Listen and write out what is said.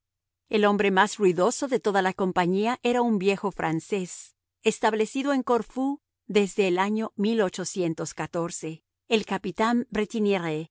el hombre más ruidoso de toda la compañía era un viejo francés establecido en corfú desde el año el capitán